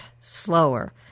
slower